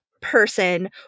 person